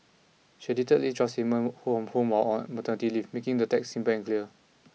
she edited Lee's on maternity leave making the text simple and clear